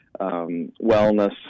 wellness